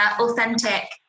authentic